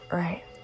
right